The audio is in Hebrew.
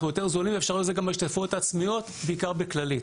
אנחנו יותר זולים ואפשרנו את זה גם בהשתתפויות העצמיות בעיקר בכללית.